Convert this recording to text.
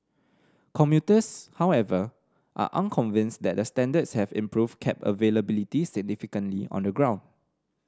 commuters however are unconvinced that the standards have improved cab availability significantly on the ground